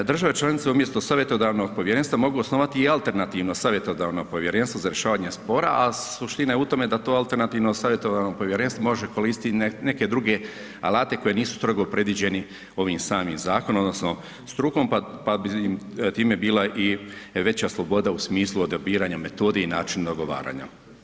Države članice umjesto savjetodavnog povjerenstva mogu osnovati i alternativno savjetodavno povjerenstvo za rješavanje spora, a suština je u tome da to alternativno savjetodavno povjerenstvo može koristiti neke druge alate koji nisu strogo predviđeni ovim samim zakonom odnosno strukom, pa bi im time bila i veća sloboda u smislu odabiranja metode i načina dogovaranja.